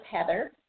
Heather